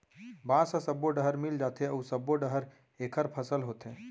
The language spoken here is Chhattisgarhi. बांस ह सब्बो डहर मिल जाथे अउ सब्बो डहर एखर फसल होथे